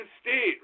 state